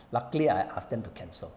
luckily I asked them to cancel